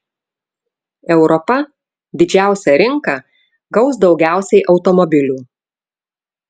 europa didžiausia rinka gaus daugiausiai automobilių